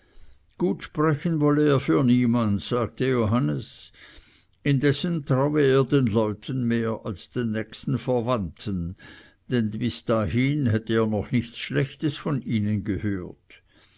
gutsprechen wolle er für niemand sagte johannes indessen traue er den leuten mehr als den nächsten verwandten denn bis dahin hätte er noch nichts schlechtes von ihnen gehört